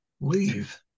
Leave